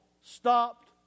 stopped